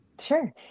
Sure